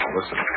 listen